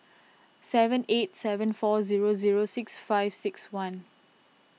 seven eight seven four zero zero six five six one